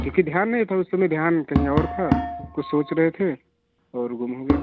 क्योंकि ध्यान नहीं था उस समय ध्यान कहीं ओर था कुछ सोच रहे थे और गुम हो गया